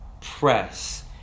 press